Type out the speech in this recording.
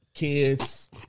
Kids